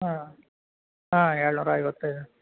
ಹಾಂ ಹಾಂ ಏಳ್ನೂರ ಐವತ್ತೈದು